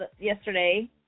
yesterday